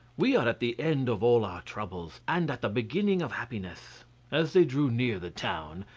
we are at the end of all our troubles, and at the beginning of happiness. as they drew near the town,